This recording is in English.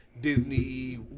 Disney